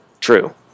true